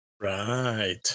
Right